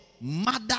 mother